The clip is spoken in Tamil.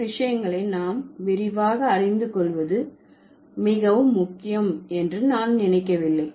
இந்த விஷயங்களை நாம் விரிவாக அறிந்து கொள்வது மிகவும் முக்கியம் என்று நான் நினைக்கவில்லை